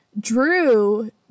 drew